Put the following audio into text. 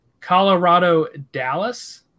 Colorado-Dallas